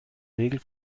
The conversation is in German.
regel